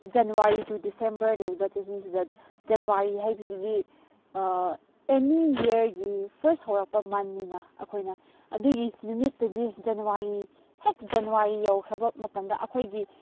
January to December ꯂꯩꯕ ꯆꯍꯤꯁꯤꯗ January ꯍꯥꯏꯕꯁꯤꯗꯤ ꯑꯦꯅꯤ ꯏꯌꯔꯒꯤ ꯐꯥꯔ꯭ꯁ ꯍꯧꯔꯛꯄ ꯃꯟꯅꯤꯅ ꯑꯩꯈꯣꯏꯅ ꯑꯗꯨꯒꯤ ꯅꯨꯃꯤꯠꯇꯗꯤ ꯖꯅꯋꯥꯔꯤ ꯍꯦꯛ ꯖꯅꯋꯥꯔꯤ ꯌꯧꯈ꯭ꯔꯕ ꯃꯇꯝꯗ ꯑꯩꯈꯣꯏ